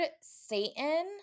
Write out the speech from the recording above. Satan